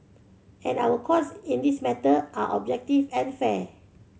and our courts in this matter are objective and fair